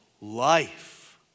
life